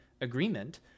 agreement